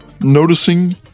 noticing